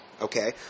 okay